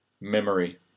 Memory